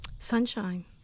Sunshine